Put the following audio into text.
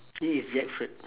it is effort